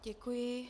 Děkuji.